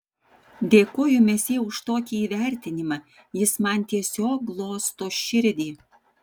dėkoju mesjė už tokį įvertinimą jis man tiesiog glosto širdį